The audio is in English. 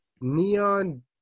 neon